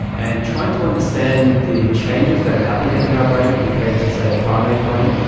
and trying to understand the changes that have happened in in our brain compared to, say, a primate brain,